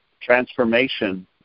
transformation